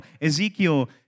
Ezekiel